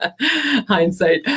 Hindsight